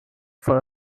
for